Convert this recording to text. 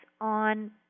on